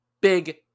big